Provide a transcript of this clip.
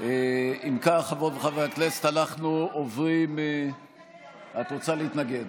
אם כך, חברות וחברי הכנסת, את רוצה להתנגד.